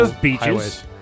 beaches